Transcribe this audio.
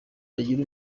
bagira